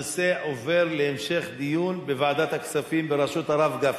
הנושא עובר להמשך דיון בוועדת הכספים בראשות הרב גפני.